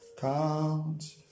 Count